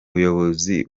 buyobozi